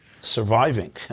surviving